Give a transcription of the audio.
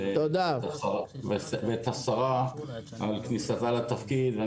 ואת השרה על כניסתה לתפקיד.